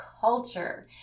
culture